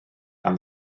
gan